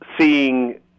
seeing